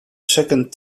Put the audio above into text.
second